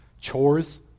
Chores